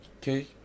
Okay